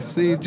See